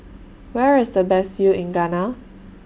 Where IS The Best View in Ghana